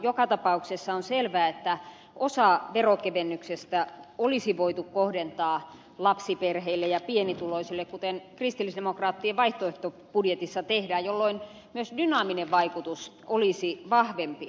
joka tapauksessa on selvää että osa veronkevennyksestä olisi voitu kohdentaa lapsiperheille ja pienituloisille kuten kristillisdemokraattien vaihtoehtobudjetissa tehdään jolloin myös dynaaminen vaikutus olisi vahvempi